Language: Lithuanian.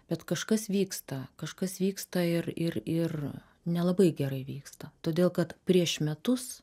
bet kažkas vyksta kažkas vyksta ir ir ir nelabai gerai vyksta todėl kad prieš metus